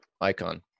icon